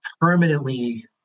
permanently